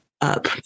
up